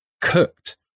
cooked